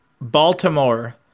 Baltimore